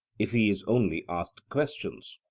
if he is only asked questions?